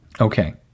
Okay